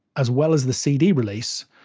as well as the cd release,